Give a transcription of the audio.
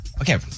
okay